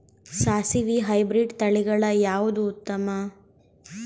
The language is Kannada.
ಸಾಸಿವಿ ಹೈಬ್ರಿಡ್ ತಳಿಗಳ ಯಾವದು ಉತ್ತಮ?